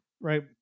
right